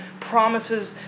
promises